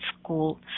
school